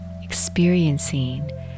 experiencing